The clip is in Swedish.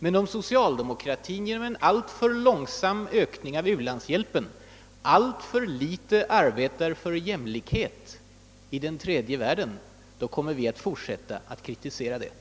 Men om socialdemokraterna genom en alltför långsam ökning av u-landshjälpen alltför litet bidrar till jämlikhet i den tredje världen, så kommer vi att fortsätta att kritisera detta.